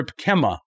Ripkema